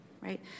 right